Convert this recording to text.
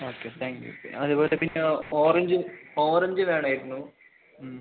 okay thank you അതുപോലെ പിന്നെ ഓറഞ്ചും ഓറഞ്ച് വേണമായിരുന്നു